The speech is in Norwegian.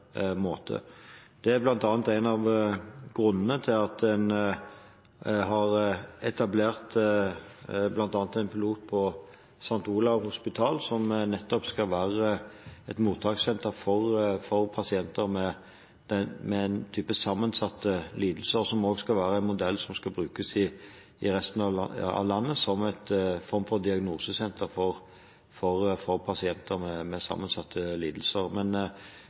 måte. Det er bl.a. en av grunnene til at en har etablert en pilot på St. Olavs Hospital som nettopp skal være et mottakssenter for pasienter med en type sammensatte lidelser, og som også skal være en modell som skal brukes i resten av landet som en form for diagnosesenter for pasienter med sammensatte lidelser. Men